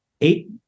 eight